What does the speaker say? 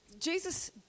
Jesus